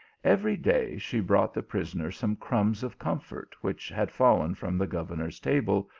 every day she brought the prisoner some crumbs of comfort which had fallen from the governor s table,